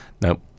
no